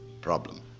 problem